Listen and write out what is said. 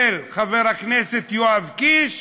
של חבר הכנסת יואב קיש,